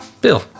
bill